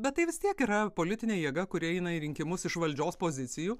bet tai vis tiek yra politinė jėga kuri eina į rinkimus iš valdžios pozicijų